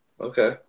Okay